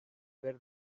haver